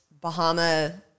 Bahama